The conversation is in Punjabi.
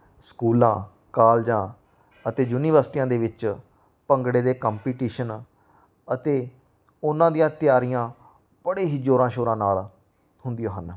ਸਕੂਲਾਂ ਕਾਲਜਾਂ ਅਤੇ ਯੂਨੀਵਰਸਿਟੀਆਂ ਦੇ ਵਿੱਚ ਭੰਗੜੇ ਦੇ ਕੰਪੀਟੀਸ਼ਨ ਅਤੇ ਉਹਨਾਂ ਦੀਆਂ ਤਿਆਰੀਆਂ ਬੜੇ ਹੀ ਜ਼ੋਰਾਂ ਸ਼ੋਰਾਂ ਨਾਲ ਹੁੰਦੀਆਂ ਹਨ